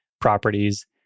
properties